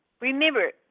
Remember